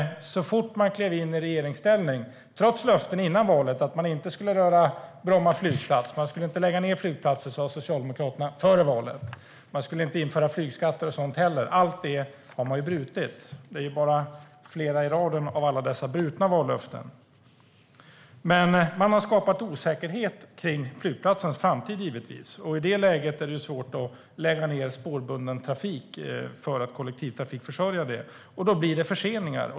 Trots löften före valet om att man inte skulle röra Bromma flygplats, lägga ned flygplatser eller införa flygskatt och sådant heller - det är bara några i raden av alla brutna vallöften - skapade man osäkerhet så fort man klev in i regeringsställning. Man har skapat osäkerhet kring flygplatsens framtid, och i det läget är det svårt att bygga spårbunden trafik för att kollektivtrafikförsörja området, och då blir det förseningar.